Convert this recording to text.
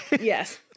Yes